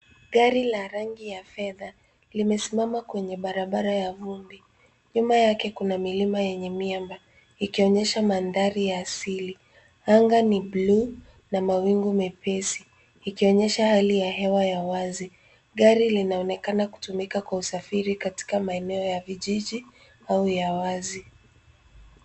Gari la rangi ya fedha limesimama kwenye barabara ya vumbi. Nyuma yake kuna milima yenye miamba, ikionyesha mandhari ya asili. Anga ni bluu na mawingu mepesi ikionyesha hali ya hewa ya wazi. Gari linaonekana kutumika kwa usafiri katika maeneo ya kijiji au la wazi.